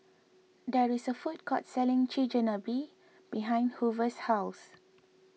there is a food court selling Chigenabe behind Hoover's house